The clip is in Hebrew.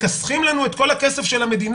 שמכסחים לנו את כל הכסף של המדינה.